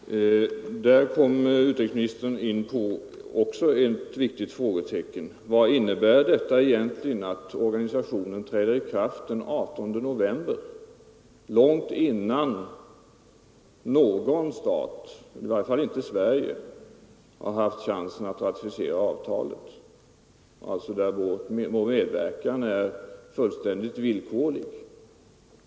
Herr talman! Nu kommer utrikesministern in på ännu en viktig fråga. Vad innebär det egentligen att organisationen träder i kraft den 18 november, långt innan någon stat — i varje fall inte Sverige — har haft chansen att ratificera avtalet? Vår medverkan är alltså fullständigt villkorlig.